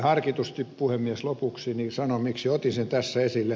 harkitusti puhemies lopuksi sanon miksi otin sen tässä esille